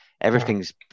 everything's